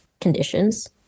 conditions